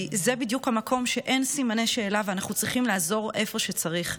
כי זה בדיוק המקום שאין סימני שאלה ואנחנו צריכים לעזור איפה שצריך.